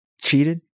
Cheated